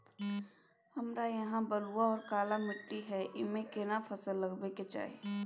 हमरा यहाँ बलूआ आर काला माटी हय ईमे केना फसल लगबै के चाही?